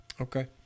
Okay